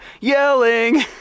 yelling